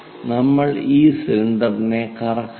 ഇപ്പോൾ ഈ സിലിണ്ടറിനെ കറക്കുക